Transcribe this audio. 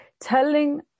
telling